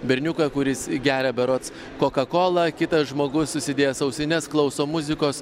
berniuką kuris geria berods kokakolą kitas žmogus užsidėjęs ausines klauso muzikos